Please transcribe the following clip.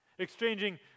Exchanging